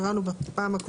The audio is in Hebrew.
אבל קטונתי.